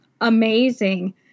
amazing